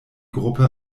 gruppe